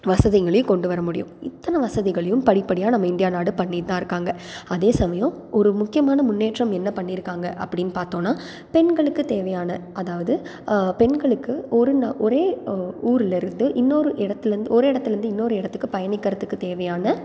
வசதிகளையும் கொண்டு வர முடியும் இத்தனை வசதிகளையும் படிப்படியாக நம்ம இந்தியா நாடு பண்ணிகிட்டு தான் இருக்காங்க அதே சமயம் ஒரு முக்கியமான முன்னேற்றம் என்ன பண்ணியிருக்காங்க அப்படின்னு பார்த்தோம்னா பெண்களுக்கு தேவையான அதாவது பெண்களுக்கு ஒரு நா ஒரே ஊரிலருந்து இன்னொரு இடத்துலேந்து ஒரு இடத்துலேந்து இன்னொரு இடத்துக்கு பயணிக்கிறத்துக்கு தேவையான